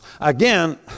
again